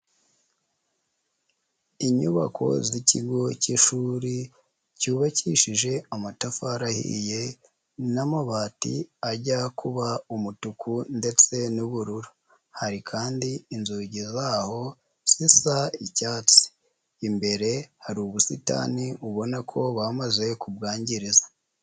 Inyubako z'ikigo cy'ishuri cyubakishije amatafari ahiye n'amabati ajya kuba umutuku ndetse n'ubururu, hari kandi inzugi zaho zisa icyatsi, imbere hari ubusitani ubona ko bamaze kubwangiza.